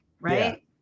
right